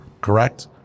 Correct